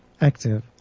active